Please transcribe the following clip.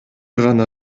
гана